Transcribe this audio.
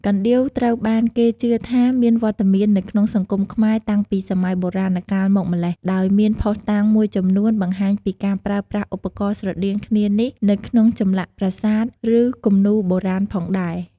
កណ្ដៀវត្រូវបានគេជឿថាមានវត្តមាននៅក្នុងសង្គមខ្មែរតាំងពីសម័យបុរាណកាលមកម្ល៉េះ ដោយមានភស្តុតាងមួយចំនួនបង្ហាញពីការប្រើប្រាស់ឧបករណ៍ស្រដៀងគ្នានេះនៅក្នុងចម្លាក់ប្រាសាទ ឬគំនូរបុរាណផងដែរ។